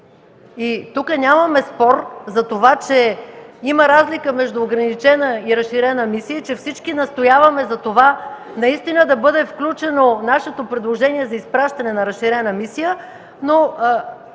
Тук нямаме спор за това, че има разлика между ограничена и разширена мисия, а че всички настояваме за това да бъде включено нашето предложение за изпращане на разширена мисия.